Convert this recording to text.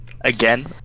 again